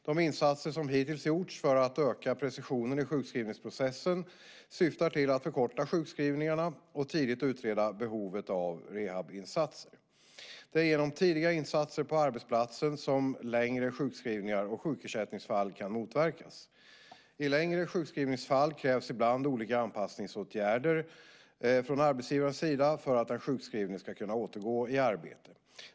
De insatser som hittills gjorts för att öka precisionen i sjukskrivningsprocessen syftar till att förkorta sjukskrivningarna och tidigt utreda behovet av rehabiliteringsinsatser. Det är genom tidiga insatser på arbetsplatsen som längre sjukskrivningar och sjukersättningsfall kan motverkas. I längre sjukskrivningsfall krävs ibland olika anpassningsåtgärder från arbetsgivarens sida för att den sjukskrivne ska kunna återgå i arbete.